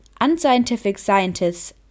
unscientificscientists